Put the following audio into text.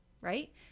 right